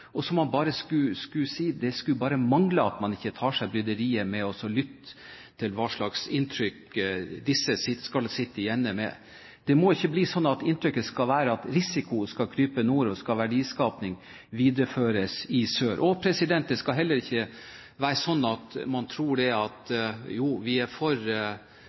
og hvor man skulle si at det bare skulle mangle at man ikke tar seg bryderiet med å lytte til hva slags inntrykk disse sitter igjen med. Det må ikke bli sånn at inntrykket skal være at risiko skal krype nord, og at verdiskaping skal videreføres i sør. Det skal heller ikke være sånn at man tror at: Jo, vi er for